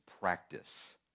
practice